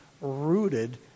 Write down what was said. rooted